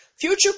Future